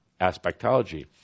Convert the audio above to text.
aspectology